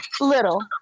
Little